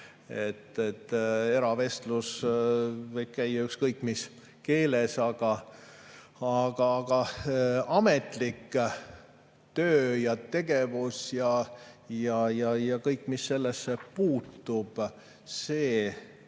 Eravestlus võib käia ükskõik mis keeles. Aga ametlik töö ja tegevus ja kõik, mis sellesse puutub, ei tohi